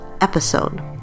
episode